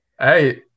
Hey